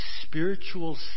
spiritual